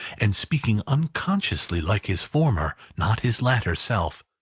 and speaking unconsciously like his former, not his latter, self.